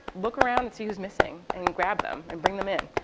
look around and see who's missing and grab them and bring them in.